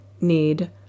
need